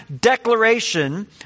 declaration